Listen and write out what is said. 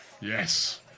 Yes